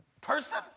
person